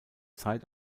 zeit